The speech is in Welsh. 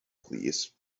plîs